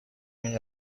این